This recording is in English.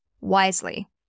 wisely